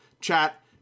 chat